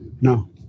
No